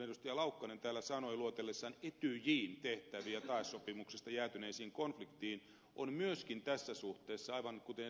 laukkanen täällä sanoi luetellessaan etyjin tehtäviä tae sopimuksista jäätyneisiin konflikteihin on myöskin tässä suhteessa aivan kuten ed